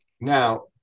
Now